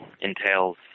entails